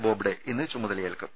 ബോബ്ഡെ ഇന്ന് ചുമതലയേൽക്കും